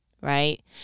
right